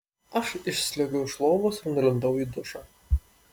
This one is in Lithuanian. aš išsliuogiau iš lovos ir nulindau į dušą